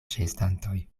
ĉeestantoj